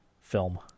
film